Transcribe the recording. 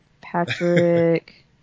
Patrick